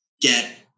get